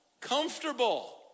Comfortable